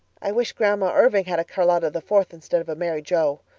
i wish grandma irving had a charlotta the fourth instead of a mary joe.